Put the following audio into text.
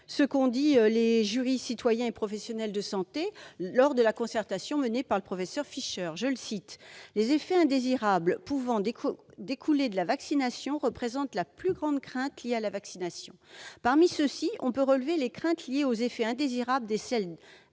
ce qu'ont dit les jurys de citoyens et de professionnels de santé lors de la concertation menée par le professeur Fischer :« Les effets indésirables pouvant découler de la vaccination représentent la plus grande crainte liée à la vaccination. Parmi ceux-ci on peut relever les craintes liées aux effets indésirables des sels